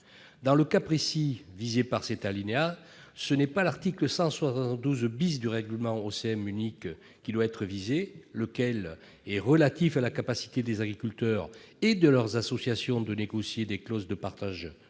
Dans le cas précis visé par cet alinéa, ce n'est pas l'article 172 du règlement OCM unique qui doit être visé, lequel est relatif à la capacité des agriculteurs et de leurs associations de négocier des clauses de partage